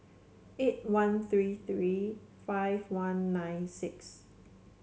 eight one three three five one nine six